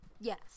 Yes